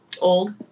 old